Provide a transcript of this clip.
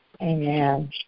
Amen